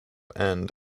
end